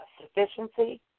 sufficiency